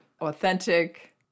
authentic